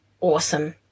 awesome